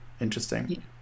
interesting